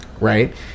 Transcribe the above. right